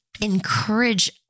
encourage